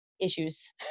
issues